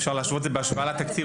אפשר להשוות את זה בהשוואה לתקציב